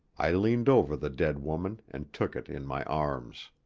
i leaned over the dead woman and took it in my arms.